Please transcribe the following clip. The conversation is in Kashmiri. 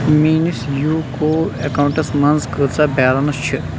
میٛٲنِس یوٗکو اٮ۪کاوُنٛٹَس منٛز کۭژاہ بیلینٕس چھِ